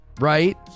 Right